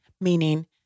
meaning